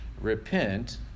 repent